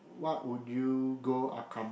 what would you go accomplish